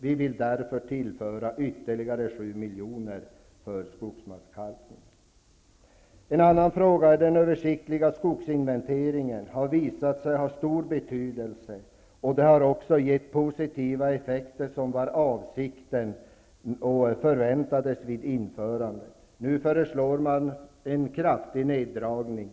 Vi vill därför tillföra ytterligare Den översiktliga skogsinventeringen har visat sig ha stor betydelse. Den har också gett de positiva effekter som var avsikten och som förväntades vid införandet. Nu föreslår regeringen en kraftig neddragning.